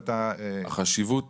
החשיבות